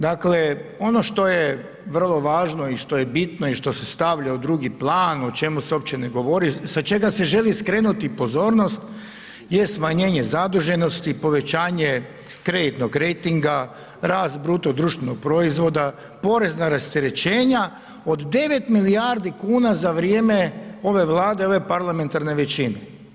Dakle ono što je vrlo važno i što je bitno i što se stavlja u drugi plan, o čemu se uopće ne govori, sa čega se želi skrenuti pozornost jest smanjenje zaduženosti, povećanje kreditnog rejtinga, rast BDP-a, porezna rasterećenja od 9 milijardi kuna za vrijeme ove Vlade i ove parlamentarne većine.